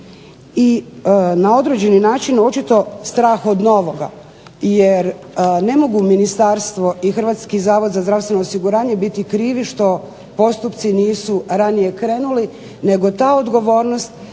i na određeni način očito strah od novoga, jer ne mogu Ministarstvo i Hrvatski zavod za zdravstveno osiguranje biti krivi što postupci nisu ranije krenuli nego ta odgovornost